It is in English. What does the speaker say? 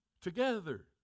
together